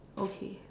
okay